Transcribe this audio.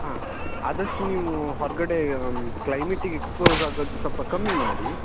ಹಾಂ ಆದಷ್ಟು ನೀವು ಹೊರಗಡೇ ಕ್ಲೈಮೆಟಿಗೆ ಎಕ್ಸ್ಪೋಸ್ ಆಗೋದು ಸ್ವಲ್ಪ ಕಮ್ಮಿ ಮಾಡಿ